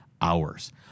hours